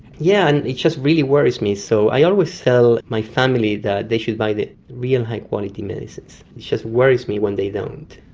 yeah and it just really worries me. so i always tell my family that they should buy the real high-quality medicines. it just worries me when they don't.